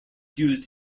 used